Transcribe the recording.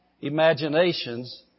imaginations